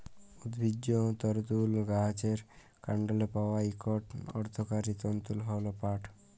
উদ্ভিজ্জ তলতুর গাহাচের কাল্ডলে পাউয়া ইকট অথ্থকারি তলতু হ্যল পাট